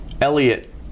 Elliot